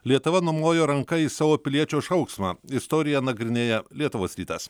lietuva numojo ranka į savo piliečio šauksmą istoriją nagrinėja lietuvos rytas